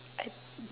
I